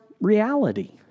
reality